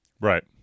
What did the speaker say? Right